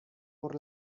por